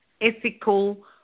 ethical